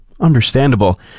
understandable